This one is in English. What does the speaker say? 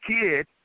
kid